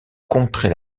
contrer